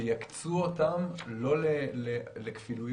שיקצו אותם לא לכפילויות,